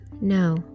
No